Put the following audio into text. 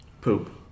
Poop